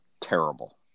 Terrible